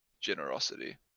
generosity